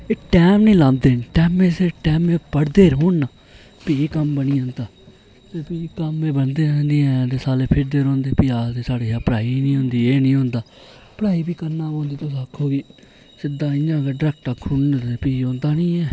एह् टैम निं लांदे न टैमे सिर टैमे पढ़दे रौन ना भी कम्म बनी जंदा ते भी कम्म एह् बनदे गै निं ऐ साले फिरदे रौंह्दे भी आखदे साढ़े शा पढ़ाई निं होंदी एह् निं होंदा पढ़ाई बी करना पौंदी तुस आक्खो कि सिद्धा इ'यां गै डरैक्ट आक्खी ओड़न ते भी औंदा निं ऐ इ'यां लगी जा ओह् ते होंदा निं ऐ